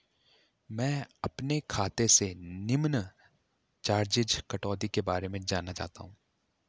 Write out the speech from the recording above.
मैं अपने खाते से निम्न चार्जिज़ कटौती के बारे में जानना चाहता हूँ?